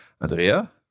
Andrea